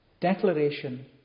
declaration